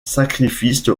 sacrifice